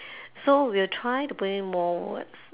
so we'll try to put in more words